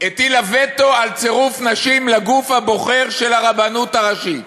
הטילה וטו על צירוף נשים לגוף הבוחר של הרבנות הראשית.